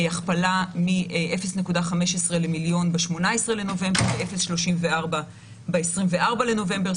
הכפלה מ-0.15 למיליון ב-18 בנובמבר ל-0.34 ב-24 בנובמבר.